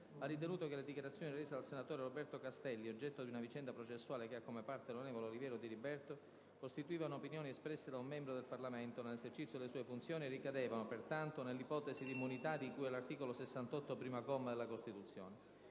ha ritenuto che le dichiarazioni rese dal senatore Roberto Castelli - oggetto di una vicenda processuale che ha come parte l'onorevole Oliviero Diliberto - costituivano opinioni espresse da un membro del Parlamento nell'esercizio delle sue funzioni e ricadevano, pertanto, nell'ipotesi di immunità di cui all'articolo 68, primo comma, della Costituzione.